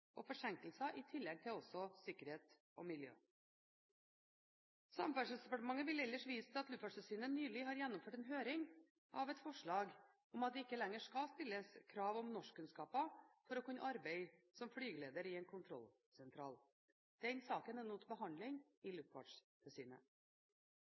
og forsinkelser i tillegg til sikkerhet og miljø. Samferdselsdepartementet vil ellers vise til at Luftfartstilsynet nylig har gjennomført en høring av et forslag om at det ikke lenger skal stilles krav om norskkunnskaper for å kunne arbeide som flygeleder i en kontrollsentral. Den saken er nå til behandling i